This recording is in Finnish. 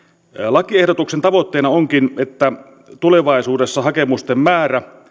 lakiehdotuksen tavoitteena onkin että tulevaisuudessa hakemusten määrä